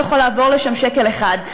ולא יכול לעבור לשם שקל אחד.